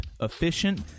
efficient